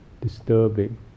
disturbing